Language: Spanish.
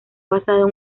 basado